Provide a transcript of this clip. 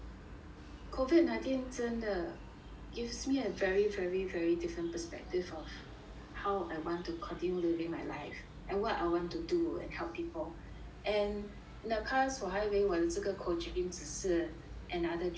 COVID nineteen 真的 gives me a very very very different perspective of how I want to continue living my life and what I want to do and help people and in the past 我还以为我这个 coaching 只是 another job